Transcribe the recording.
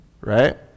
right